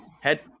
head